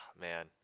man